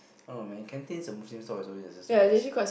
I don't know man canteens the muslim stall is always is just the best